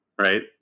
right